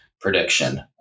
prediction